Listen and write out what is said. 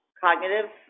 cognitive